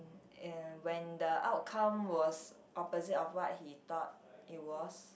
and when the outcome was opposite of what he thought it was